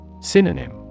Synonym